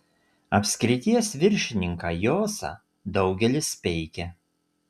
apskrities viršininką josą daugelis peikia